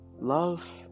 love